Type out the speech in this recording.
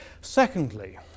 Secondly